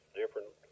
different